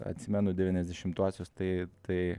atsimenu devyniasdešimtuosius tai tai